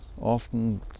often